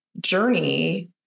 journey